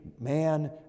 man